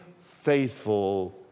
faithful